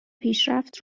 پیشرفت